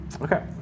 Okay